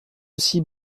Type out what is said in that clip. aussi